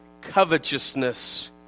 covetousness